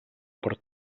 per